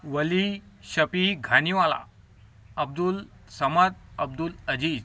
Wali Shafi Ghaniwala Abdul Samad Abdul Aziz